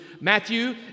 Matthew